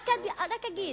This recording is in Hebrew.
רק אגיד,